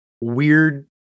weird